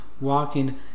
walking